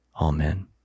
Amen